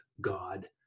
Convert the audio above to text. God